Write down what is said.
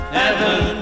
heaven